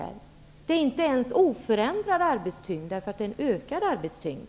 För kommuner och landsting handlar det inte ens om en oförändrad arbetstyngd, utan om en ökad arbetstyngd.